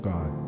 God